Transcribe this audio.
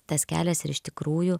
tas kelias ir iš tikrųjų